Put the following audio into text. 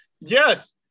yes